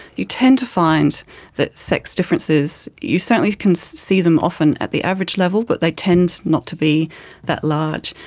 you tend to find that sex differences, you certainly can see them often at the average level but they tend not to be that large.